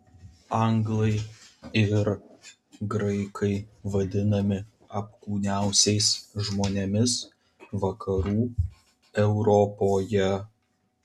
anglai ir graikai vadinami apkūniausiais žmonėmis vakarų europoje